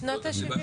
הן משנות ה-70.